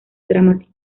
dramático